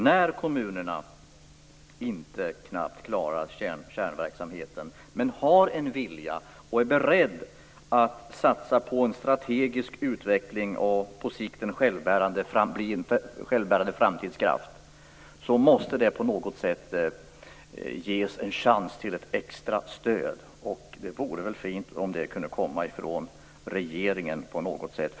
När kommunerna inte klarar kärnverksamheten men har en vilja och är beredda att satsa på en strategisk utveckling av en på sikt självbärande framtidskraft måste de på något sätt ges en chans till extra stöd. Det vore väl fint om det kunde komma från regeringen på något sätt.